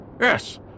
Yes